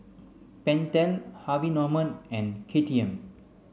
Pentel Harvey Norman and K T M